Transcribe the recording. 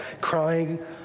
crying